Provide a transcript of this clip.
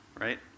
right